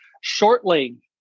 shortly